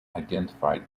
identified